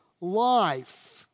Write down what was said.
life